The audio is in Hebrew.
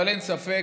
אבל אין ספק